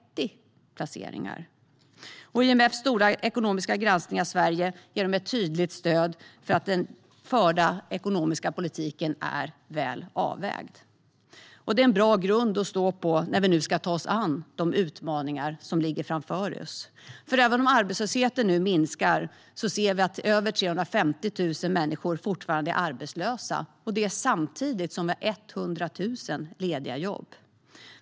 IMF:s stora ekonomiska granskning av Sverige ger ett tydligt stöd för att den förda ekonomiska politiken är väl avvägd. Det är en bra grund att stå på när vi nu ska ta oss an de utmaningar som ligger framför oss. Även om arbetslösheten nu minskar ser vi att över 350 000 människor fortfarande är arbetslösa samtidigt som vi har 100 000 lediga jobb.